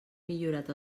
millorat